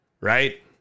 right